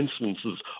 instances